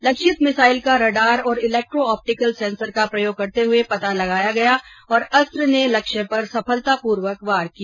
लक्षित मिसाइल का रडार और इलेक्ट्रो ऑप्टिकल सेंसर का प्रयोग करते हुए पता लगाया गया और अस्त्र ने लक्ष्य पर सफलतापूर्वक वार किया